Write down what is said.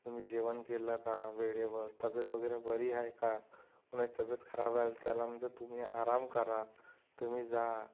तुम्ही जेवण केलं का वेळेवर तब्येत वगैरे बरी आहे का कोणाची तब्येत खराब राहिली तर त्याला म्हणतात तुम्ही आराम करा तुम्ही जा